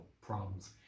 problems